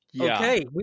Okay